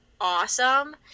awesome